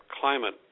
climate